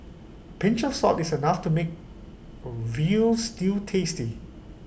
pinch of salt is enough to make A Veal Stew tasty